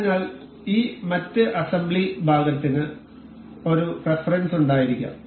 അതിനാൽ ഈ മറ്റ് അസംബ്ലി ഭാഗത്തിന് ഒരു റഫറൻസ് ഉണ്ടായിരിക്കാം